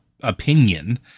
opinion